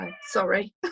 sorry